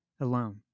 alone